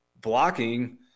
blocking